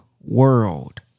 world